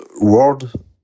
world